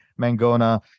Mangona